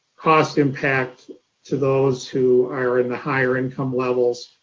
cost impact to those who are in the higher income levels,